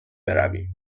برویم